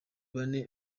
bane